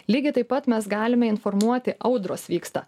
lygiai taip pat mes galime informuoti audros vyksta